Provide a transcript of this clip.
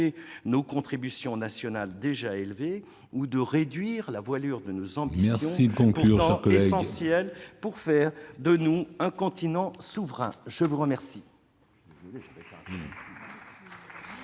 nos contributions nationales déjà élevées ou de réduire la voilure de nos ambitions, pourtant essentielles pour faire de nous un continent souverain. La parole